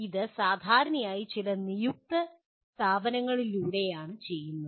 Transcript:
ഇത് സാധാരണയായി ചില നിയുക്ത സ്ഥാപനങ്ങളിലൂടെയാണ് ചെയ്യുന്നത്